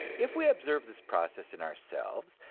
if we observe this process in ourselves,